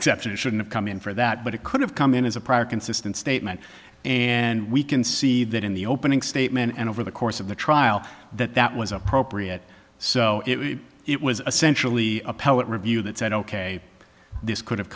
exception it shouldn't come in for that but it could have come in as a prior consistent statement and we can see that in the opening statement and over the course of the trial that that was appropriate so it was essentially appellate review that said ok this